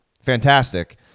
Fantastic